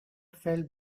felt